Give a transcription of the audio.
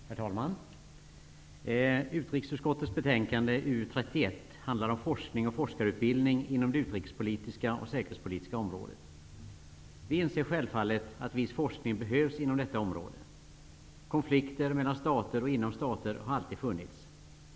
Herr talman! Utrikesutskottets betänkande UU31 handlar om forskning och forskarutbildning inom det utrikes och säkerhetspolitiska området. Vi inser självfallet att viss forskning behövs inom detta område. Konflikter mellan stater och inom stater har alltid funnits.